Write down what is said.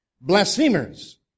blasphemers